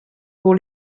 pour